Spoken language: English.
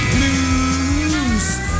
Blues